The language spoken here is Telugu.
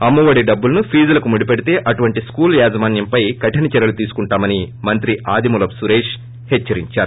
అమ్మ ఒడి డబ్బులను ఫీజులకు ముడిపెడితే అటువంటి స్కూల్ యాజమాన్యంపై కఠిన చర్యలు తీసుకుంటామని మంత్రి ఆదిమూలపు సురేష్ హెచ్చరించారు